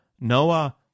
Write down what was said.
Noah